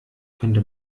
könnte